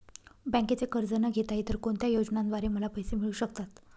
बँकेचे कर्ज न घेता इतर कोणत्या योजनांद्वारे मला पैसे मिळू शकतात?